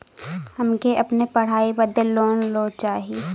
हमके अपने पढ़ाई बदे लोन लो चाही?